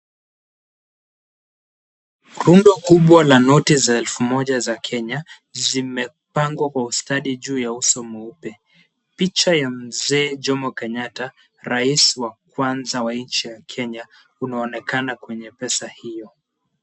Rundo kubwa la noti za elfu moja za Kenya zimepangwa kwa ustadi juu ya uso mweupe. Picha ya mzee Jomo Kenyatta rais wa kwanza wa nchi ya Kenya unaonekana kwenye pesa hiyo.